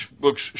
books